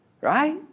right